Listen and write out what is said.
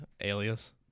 Alias